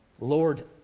Lord